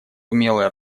умелое